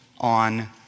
on